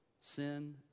sin